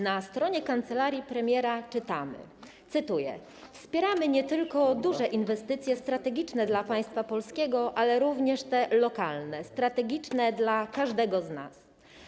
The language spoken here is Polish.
Na stronie kancelarii premiera czytamy: Wspieramy nie tylko duże inwestycje - strategiczne dla państwa polskiego, ale również te lokalne - strategiczne dla każdego z nas.